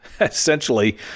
essentially